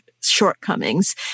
shortcomings